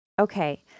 Okay